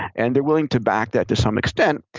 and they're willing to back that to some extent.